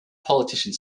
politician